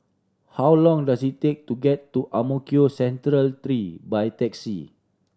how long does it take to get to Ang Mo Kio Central Three by taxi